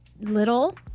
little